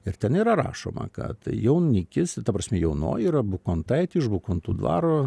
ir ten yra rašoma kad jaunikis ta prasme jaunoji yra bukontaitė iš bukontų dvaro